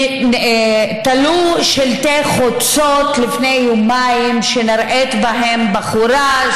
שתלו שלטי חוצות לפני יומיים שנראית בהם בחורה,